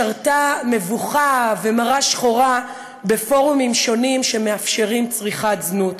שרתה מבוכה ומרה שחורה בפורומים שונים שמאפשרים צריכת זנות.